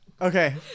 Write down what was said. Okay